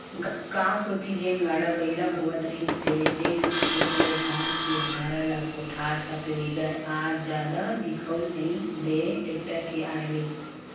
गाँव कोती जेन गाड़ा बइला होवत रिहिस हे जेनहा खेत ले धान के भारा ल कोठार तक लेगय आज जादा दिखउल नइ देय टेक्टर के आय ले